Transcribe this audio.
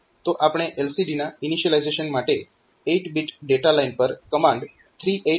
તો આપણે LCD ના ઇનિશિયલાઈઝેશન માટે 8 બીટ ડેટા લાઇન પર કમાન્ડ 38H આપીશું